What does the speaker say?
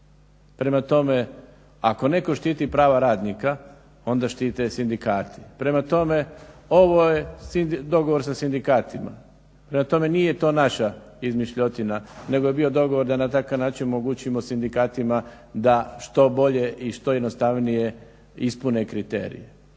Prema tome, ako netko štiti prava radnika onda štite sindikati. Prema tome, ovo je dogovor sa sindikatima, prema tome nije to naša izmišljotina nego je bio dogovor da na takav način omogućimo sindikatima da što bolje i što jednostavnije ispune kriterij.